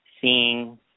seeing